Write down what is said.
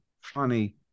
funny